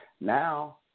Now